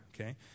okay